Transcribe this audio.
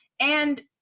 and-